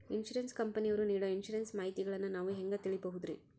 Insurance ಕಂಪನಿಯವರು ನೇಡೊ insurance ಮಾಹಿತಿಗಳನ್ನು ನಾವು ಹೆಂಗ ತಿಳಿಬಹುದ್ರಿ?